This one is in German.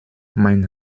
mein